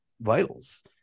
vitals